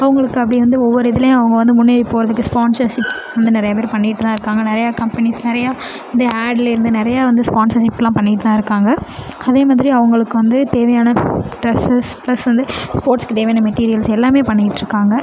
அவங்களுக்கு அப்படி வந்து ஒவ்வொரு இதுலையும் அவங்க வந்து முன்னேறி போகறதுக்கு ஸ்பான்ஸர்ஷிப் வந்து நிறையா பேர் பண்ணிக்கிட்டுதான் இருக்காங்க நிறையா கம்பனிஸ் நிறையா இது ஆட்லேருந்து நிறையா வந்து ஸ்பான்ஸர்ஷிப்லாம் பண்ணிக்கிட்டு தான் இருக்காங்க அதேமாதிரி அவங்களுக்கு வந்து தேவையான ட்ரெஸஸ் ப்ளஸ் வந்து ஸ்போர்ட்ஸுக்கு தேவையான மெட்டீரியல்ஸ் எல்லாமே பண்ணிக்கிட்ருக்காங்க